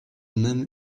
même